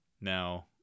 Now